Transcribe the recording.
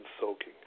soaking